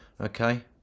okay